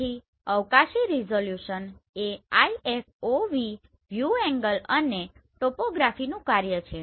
તેથી અવકાશી રીઝોલ્યુશન એ IFOV વ્યૂ એંગલ અને ટોપોગ્રાફીનું કાર્ય છે